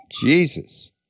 Jesus